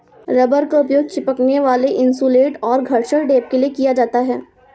rubber का उपयोग चिपकने वाला इन्सुलेट और घर्षण टेप के लिए किया जाता है